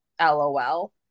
LOL